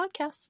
podcast